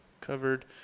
Covered